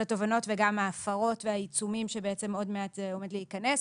התובענות וגם מההפרות והעיצומים שבעצם עוד מעט עומד להיכנס.